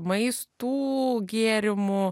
maistų gėrimų